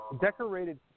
decorated